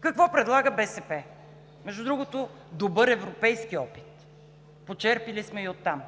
Какво предлага БСП? Между другото, добър европейски опит, почерпили сме и оттам